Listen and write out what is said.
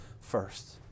first